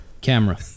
camera